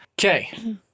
Okay